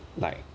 like